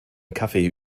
kaffee